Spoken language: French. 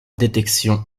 détection